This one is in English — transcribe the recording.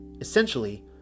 Essentially